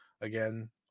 again